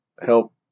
help